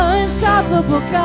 Unstoppable